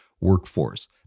workforce